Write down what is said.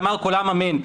ואמר כל העם אמן".